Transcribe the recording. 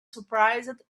surprised